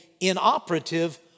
inoperative